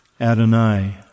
Adonai